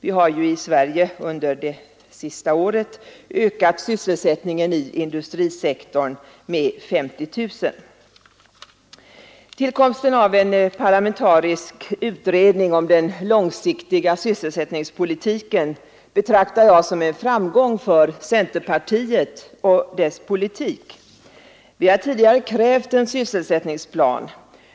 I Sverige har som bekant sysselsättningen i industrisektorn under det senaste året ökat med 50 000 platser. Tillkomsten av en parlamentarisk utredning om den långsiktiga sysselsättningspolitiken betraktar jag som en framgång för centerpartiet och dess politik. Vi har tidigare krävt en sysselsättningsplan.